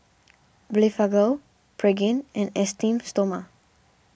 Blephagel Pregain and Esteem Stoma